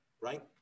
right